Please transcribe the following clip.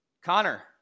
Connor